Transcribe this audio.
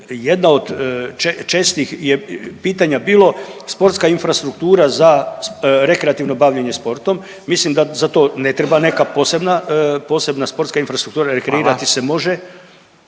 Jedna od čestih pitanje je bilo sportska infrastruktura za rekreativno bavljenje sportom, mislim da za to ne treba neka posebna sportska infrastruktura, …/Upadica